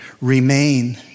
Remain